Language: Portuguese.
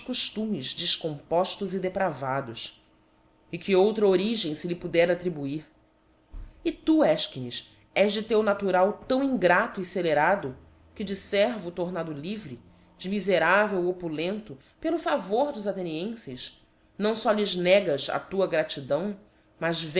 coftumes defcompoftos e depravados e que outra origem fe lhe poderá attribuir e tu eichines és de teu natural tão ingrato e f celerado que de fervo tomado livre de miferavel opulento pelo favor dos athenienfes não fó lhes negas a tua gratidão mas